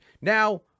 now